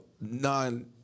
non